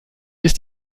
ist